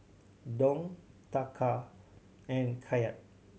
Dong Taka and Kyat